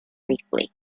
briefly